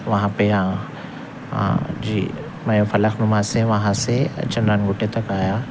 وہاں پہ یہاں ہاں جی میں فلک نما سے وہاں سے چنّن گٹی تک آیا